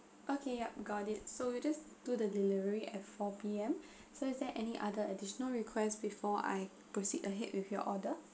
okay yup got it so you just to the delivery at four P_M so is there any other additional request before I proceed ahead with your order